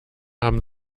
haben